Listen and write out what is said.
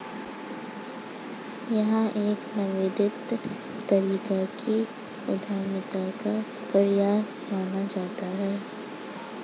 यह एक निवेदित तरीके की उद्यमिता का पर्याय माना जाता रहा है